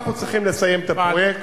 אנחנו צריכים לסיים את הפרויקט,